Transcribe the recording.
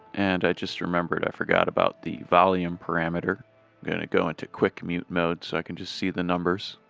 and i just remembered i forgot about the volume parameter. we're going to go into quick mute mode so i can just see the numbers.